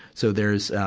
so there's,